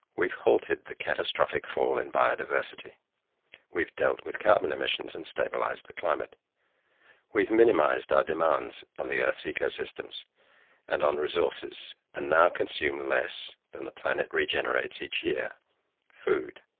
we've halted the catastrophic fall in biodiversity we've dealt with carbon emissions and stabilised the climate we've minimised our demands on the earth's ecosystems and resources and now consume less than the planet regenerates each year food,